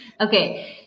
Okay